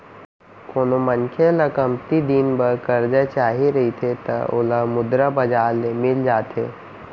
कोनो मनखे ल कमती दिन बर करजा चाही रहिथे त ओला मुद्रा बजार ले मिल जाथे